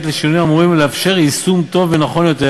לשינויים האמורים ולאפשר יישום טוב ונכון יותר